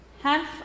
Half